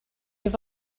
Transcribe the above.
have